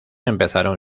empezaron